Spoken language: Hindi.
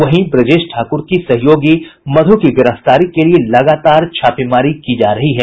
वहीं ब्रजेश ठाकुर की सहयोगी मध् की गिरफ्तारी के लिये लगातार छापेमारी की जा रही है